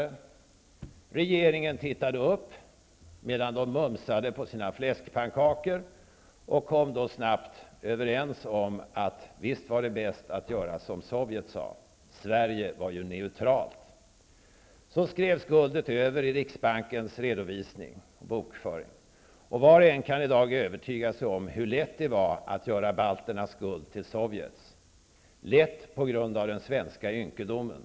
Regeringen tittade upp medan man mumsade på sina fläskpannkakor och kom snabbt överens om att det var bäst att göra som Sovjet sade. Sverige var ju neutralt! Så skrevs guldet över i riksbankens bokhållning, och var och en kan i dag övertyga sig om hur lätt det var att göra balternas guld till Sovjets -- lätt på grund av den svenska ynkedomen.